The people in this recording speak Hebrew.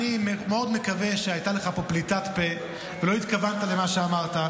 אני מאוד מקווה שהייתה לך פה פליטת פה ולא התכוונת למה שאמרת,